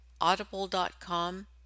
Audible.com